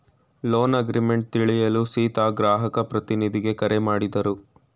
loan agreement ತಿಳಿಯಲು ಸೀತಾ ಗ್ರಾಹಕ ಪ್ರತಿನಿಧಿಗೆ ಕರೆ ಮಾಡಿದರು